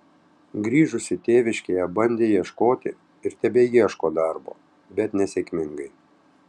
grįžusi tėviškėje bandė ieškoti ir tebeieško darbo bet nesėkmingai